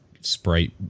sprite